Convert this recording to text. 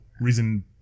reason